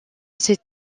ces